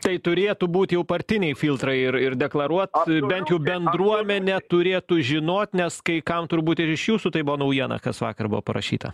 tai turėtų būt jau partiniai filtrai ir ir deklaruot bent jau bendruomenė turėtų žinot nes kai kam turbūt ir iš jūsų tai buvo naujiena kas vakar buvo parašyta